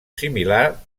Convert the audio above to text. similar